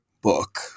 book